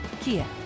Kia